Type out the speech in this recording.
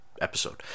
episode